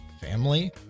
family